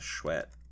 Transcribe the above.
sweat